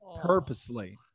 purposely